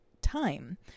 time